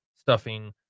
stuffing